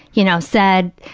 you know, said,